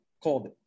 Called